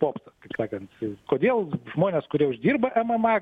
popsas kaip sakant kodėl žmonės kurie uždirba mma